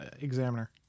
examiner